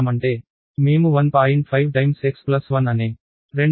5 x1 అనే రెండు బహుపదాలను తీసుకొని దానిని 1